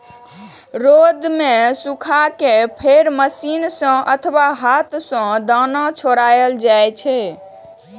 रौद मे सुखा कें फेर मशीन सं अथवा हाथ सं दाना छोड़ायल जाइ छै